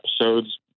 episodes